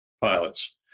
pilots